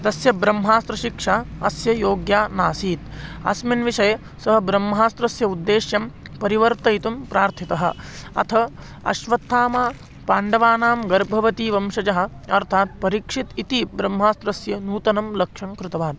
तस्य ब्रह्मास्त्रशिक्षा अस्य योग्या नासीत् अस्मिन् विषये सः ब्रह्मास्त्रस्य उद्देश्यं परिवर्तयितुं प्रार्थितवान् अथ अश्वत्थामः पाण्डवानां गर्भवती वंशजः अर्थात् परीक्षितः इति ब्रह्मास्त्रस्य नूतनं लक्ष्यं कृतवान्